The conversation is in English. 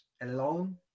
alone